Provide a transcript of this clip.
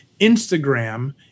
Instagram